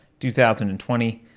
2020